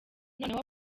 noneho